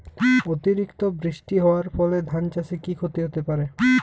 অতিরিক্ত বৃষ্টি হওয়ার ফলে ধান চাষে কি ক্ষতি হতে পারে?